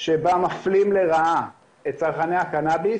שבה מפלים לרעה את צרכני הקנאביס